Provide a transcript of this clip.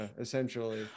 essentially